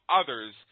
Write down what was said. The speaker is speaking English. others